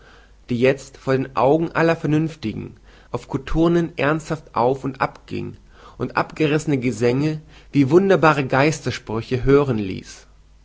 die jetzt vor den augen aller vernünftigen auf kothurnen ernsthaft auf und abging und abgerissene gesänge wie wunderbare geistersprüche hören ließ